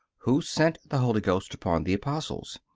who sent the holy ghost upon the apostles?